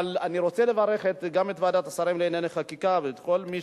אבל אני רוצה לברך גם את ועדת השרים לענייני חקיקה ואת כל מי